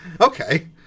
Okay